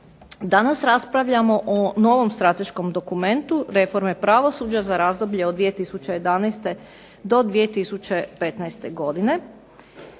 Danas raspravljamo o novom strateškom dokumentu reforme pravosuđa za razdoblje od 2011. do 2015. godine.